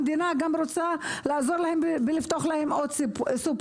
המדינה גם רוצה לעזור להם ולפתוח להם עוד סופרים.